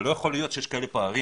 שלא יכול להיות שיש פערים כאלה.